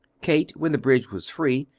kate, when the bridge was free,